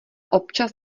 občas